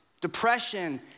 depression